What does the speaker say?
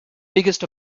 biggest